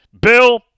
Bill